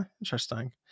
Interesting